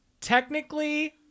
technically